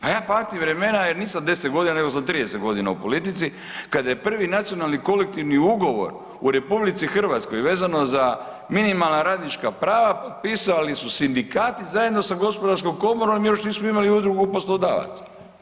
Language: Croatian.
A ja pamtim vremena jer nisam 10 godina nego sam 30 godina u politici kada je prvi nacionalni kolektivni ugovor u RH vezano za minimalna radnička prava potpisali su sindikati zajedno sa gospodarskom komorom još nismo imali udrugu poslodavaca.